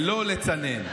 ולא לצנן.